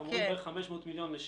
אנחנו מדברים בערך על 500 מיליון לשנה,